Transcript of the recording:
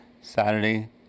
Saturday